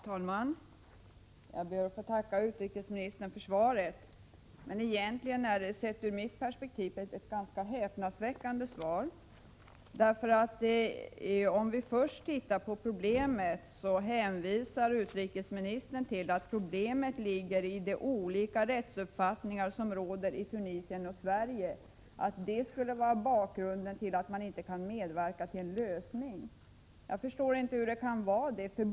Fru talman! Jag ber att få tacka utrikesministern för svaret. Egentligen är det, sett ur mitt perspektiv, ett ganska häpnadsväckande svar. Utrikesministern säger att problemet ligger i att det råder olika rättsuppfattningar i Tunisien och i Sverige. Detta skulle alltså vara bakgrunden till att man inte kan medverka till en lösning. Jag förstår inte detta.